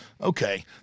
okay